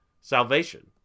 salvation